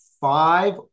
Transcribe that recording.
five